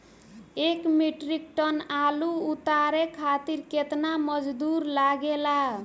एक metric tonne आलू उतारे खातिर केतना मजदूरी लागेला?